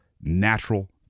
natural